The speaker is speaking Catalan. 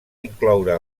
incloure